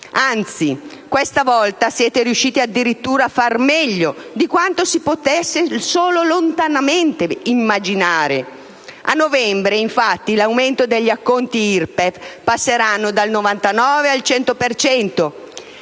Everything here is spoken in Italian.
Anzi, questa volta siete riusciti addirittura a far meglio di quanto si potesse solo lontanamente immaginare: a novembre, infatti, l'aumento degli acconti IRPEF passerà dal 99 al 100